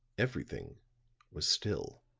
everything was still.